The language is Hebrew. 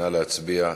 נא להצביע.